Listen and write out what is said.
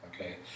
okay